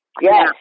Yes